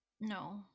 no